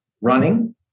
running